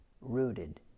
rooted